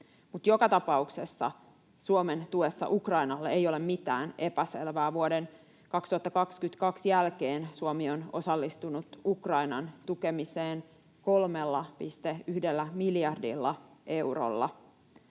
joka tapauksessa Suomen tuessa Ukrainalle ei ole mitään epäselvää. Vuoden 2022 jälkeen Suomi on osallistunut Ukrainan tukemiseen 3,1 miljardilla eurolla.